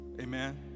amen